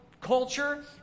culture